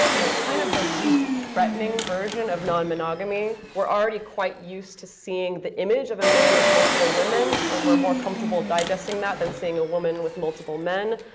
it's kind of the least threatening version of non-monogamy. we're already quite used to seeing the image of a man with multiple women. and we're more comfortable digesting that than seeing a woman with multiple men,